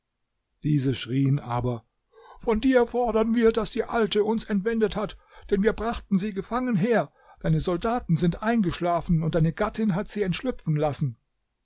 diese schrien aber von dir fordern wir was die alte uns entwendet hat denn wir brachten sie gefangen her deine soldaten sind eingeschlafen und deine gattin hat sie entschlüpfen lassen